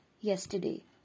yesterday